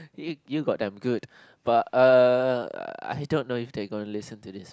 you you got them good but uh I don't know if they gonna listen to this